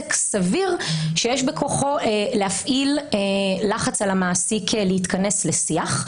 נזק סביר שיש בכוחו להפעיל לחץ על המעסיק להתכנס לשיח.